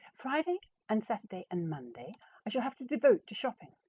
friday and saturday and monday i shall have to devote to shopping.